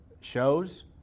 shows